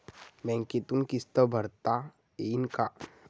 बँकेतून किस्त भरता येईन का?